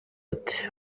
ati